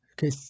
Okay